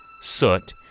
soot